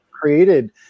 created